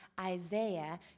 Isaiah